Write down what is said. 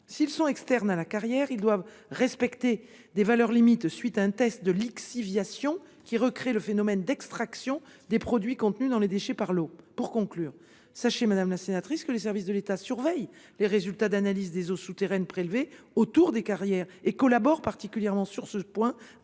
S’ils sont externes à la carrière, ils doivent respecter des valeurs limites, à la suite d’un test de lixiviation qui recrée le phénomène d’extraction des produits contenus dans les déchets par l’eau. Pour conclure, madame la sénatrice, sachez que les services de l’État surveillent les résultats d’analyse des eaux souterraines prélevées autour des carrières et collaborent particulièrement sur ce point